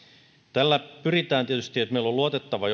tällä että meillä on luotettava